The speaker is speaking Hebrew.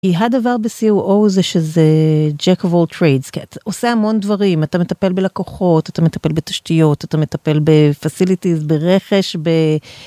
היא הדבר בCOO זה שזה jack of all trades כי אתה עושה המון דברים אתה מטפל בלקוחות אתה מטפל בתשתיות אתה מטפל ב- facilities ברכש ב...